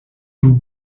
vous